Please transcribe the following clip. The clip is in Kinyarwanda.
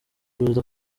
perezida